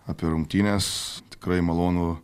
apie rungtynes tikrai malonu